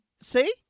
See